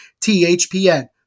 THPN